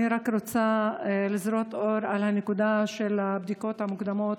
אני רק רוצה לזרות אור על הנקודה של הבדיקות המוקדמות